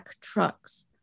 trucks